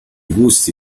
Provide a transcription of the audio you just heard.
gusti